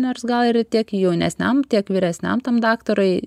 nors gal ir tiek jaunesniam tiek vyresniam tam daktarui